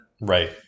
Right